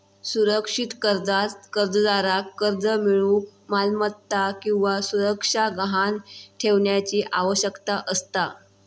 सुरक्षित कर्जात कर्जदाराक कर्ज मिळूक मालमत्ता किंवा सुरक्षा गहाण ठेवण्याची आवश्यकता असता